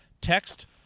text